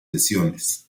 lesiones